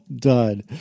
done